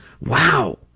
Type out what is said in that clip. Wow